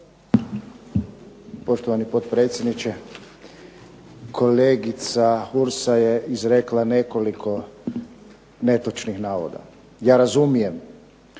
Poštovani potpredsjedniče. Kolegica Hursa je izrekla nekoliko netočnih navoda. Ja razumijem